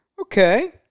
Okay